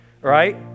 right